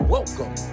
Welcome